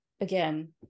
again